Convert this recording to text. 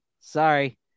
Sorry